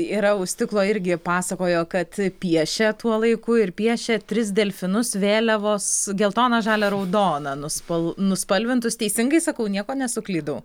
yra už stiklo irgi pasakojo kad piešė tuo laiku ir piešė tris delfinus vėliavos geltona žalia raudona nuspal nuspalvintus teisingai sakau nieko nesuklydau